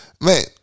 Man